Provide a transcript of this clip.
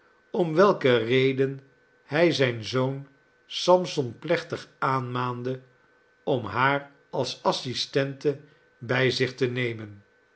om welke reden hij zijn i zoon sampson plechtig aanmaande om haar als assistente bij zich te nemen